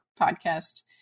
podcast